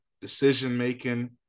decision-making